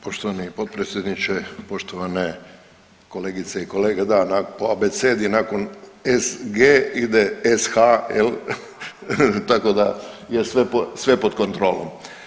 Poštovani potpredsjedniče, poštovane kolegice i kolege, da na, po abecedi nakon SG ide SH jel, tako da je sve pod kontrolom.